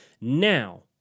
now